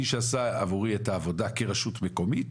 מי שעשה בעבורי את העבודה כרשות מקומית